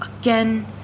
again